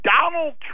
Donald